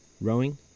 rowing